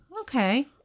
Okay